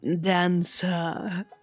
Dancer